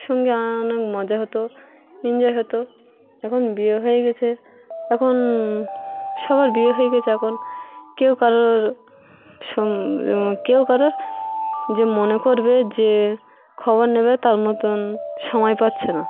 সঙ্গে অনেক মজা হতো এনজয় হতো এখন বিয়ে হয়ে গেছে এখন সবার বিয়ে হয়ে গেছে এখন কেউ কারোর কেউ কারোর যে মনে করবে যে খবর নেবে তার মতন সময় পাচ্ছে না